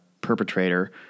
perpetrator